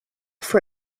for